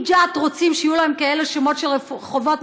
אם ג'ת רוצים שיהיו להם כאלה שמות של רחובות,